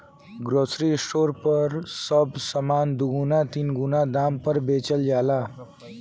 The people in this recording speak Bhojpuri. ग्रोसरी स्टोर पर सब सामान दुगुना तीन गुना दाम पर बेचल जाला